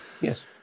Yes